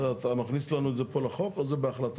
אתה מכניס לנו את זה פה לחוק או זה בהחלטות?